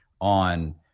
on